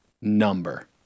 number